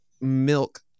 milk